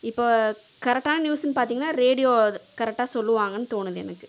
இப்போது கரெக்டான நியூஸுன்னு பார்த்தீங்கன்னா ரேடியோ கரெக்டாக சொல்வாங்கன்னு தோணுது எனக்கு